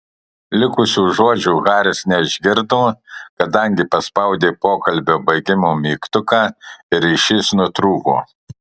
likusių žodžių haris neišgirdo kadangi paspaudė pokalbio baigimo mygtuką ir ryšys nutrūko